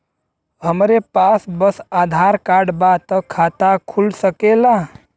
हमरे पास बस आधार कार्ड बा त खाता खुल सकेला?